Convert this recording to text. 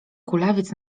kulawiec